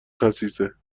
خسیسه